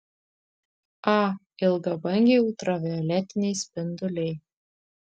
a ilgabangiai ultravioletiniai spinduliai